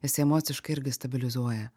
jisai emociškai irgi stabilizuoja